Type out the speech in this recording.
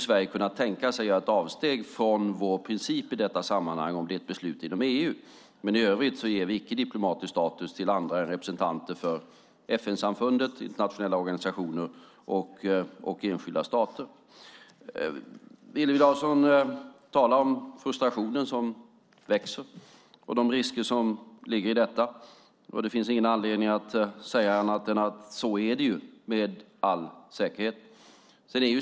Sverige kan tänka sig att göra ett avsteg från vår princip i detta sammanhang om det är ett beslut inom EU. Men i övrigt ger vi icke diplomatisk status till andra representanter för FN-samfundet, internationella organisationer och enskilda stater. Hillevi Larsson talar om frustrationen som växer och de risker som ligger i detta. Så är det med all säkerhet.